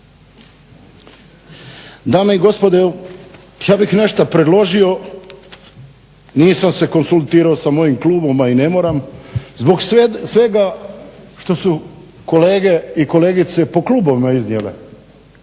Dame i gospodo ja bih nešto predložio, nisam se konzultirao sa mojim klubom a i ne moram, zbog svega što su kolege i kolegice po klubovima iznijele